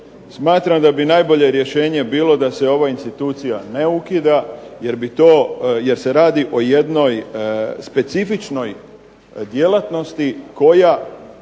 smatram da bi najbolje rješenje bilo da se ova institucija ne ukida jer se radi o jednoj specifičnoj djelatnosti koja